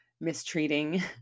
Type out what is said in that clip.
mistreating